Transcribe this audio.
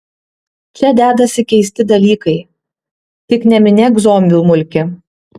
čia dedasi keisti dalykai tik neminėk zombių mulki